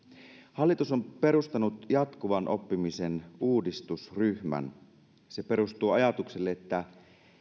hallitus on perustanut jatkuvan oppimisen uudistusryhmän se perustuu ajatukselle että